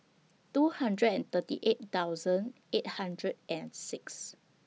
two hundred and thirty eight thousand eight hundred and six